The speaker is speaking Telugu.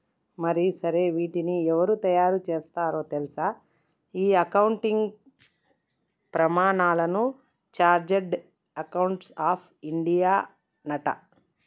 మరి సరే వీటిని ఎవరు తయారు సేత్తారో తెల్సా ఈ అకౌంటింగ్ ప్రమానాలను చార్టెడ్ అకౌంట్స్ ఆఫ్ ఇండియానట